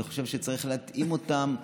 אני חושב שצריך להתאים אותן.